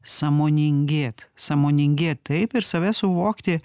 sąmoningėt sąmoningėt taip ir save suvokti